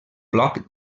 bloc